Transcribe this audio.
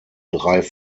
drei